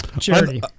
Charity